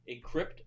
encrypt